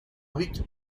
rick